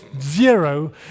zero